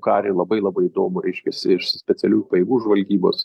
karį labai labai įdomų reiškiasi iš specialiųjų pajėgų žvalgybos